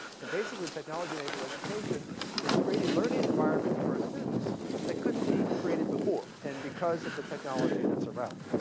and basically technology-enabled education is creating learning environments for our students that couldn't be created before and because of the technology that's around.